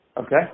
Okay